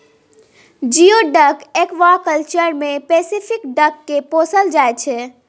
geoduck aquaculture मे Pacific duck केँ पोसल जाइ छै